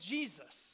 Jesus